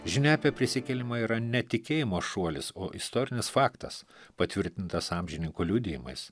žinia apie prisikėlimą yra ne tikėjimo šuolis o istorinis faktas patvirtintas amžininkų liudijimais